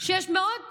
שיש מאות